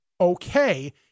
okay